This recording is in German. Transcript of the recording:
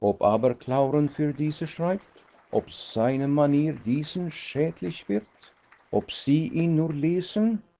ob aber clauren für diese schreibt ob seine manier diesen schädlich wird ob sie ihn nur lesen